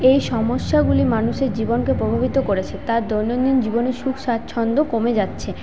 এই সমস্যাগুলি মানুষের জীবনকে প্রভাবিত করেছে তার দৈনন্দিন জীবনে সুখ স্বাছন্দ্য কমে যাচ্ছে